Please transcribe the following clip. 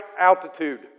altitude